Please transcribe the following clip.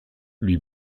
lui